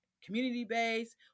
Community-based